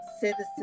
citizen